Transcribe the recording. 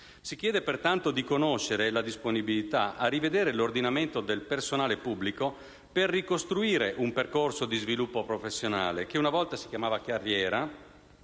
Si chiede, pertanto, di conoscere la disponibilità a rivedere l'ordinamento del personale pubblico per ricostruire un percorso di sviluppo professionale, che una volta si chiamava carriera,